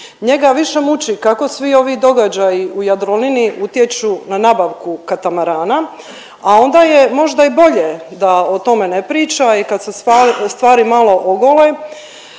Njega više muči kako svi ovi događaji u Jadroliniji utječu na nabavku katamarana, a onda je možda i bolje da o tome ne priča i kad se stvari malo ogole